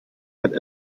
halt